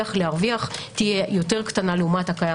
שנצליח להרוויח תהיה קטנה לעומת הקיים